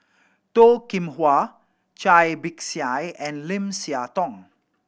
Toh Kim Hwa Cai Bixia and Lim Siah Tong